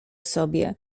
sobie